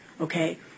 Okay